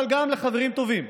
אבל גם לחברים טובים,